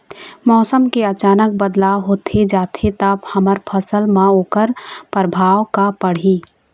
मौसम के अचानक बदलाव होथे जाथे ता हमर फसल मा ओकर परभाव का पढ़ी?